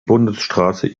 bundesstraße